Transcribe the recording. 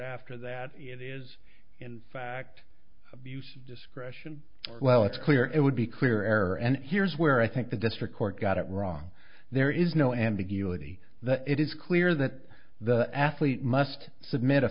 after that it is in fact of use discretion well it's clear it would be clearer and here's where i think the district court got it wrong there is no ambiguity that it is clear that the athlete must submit a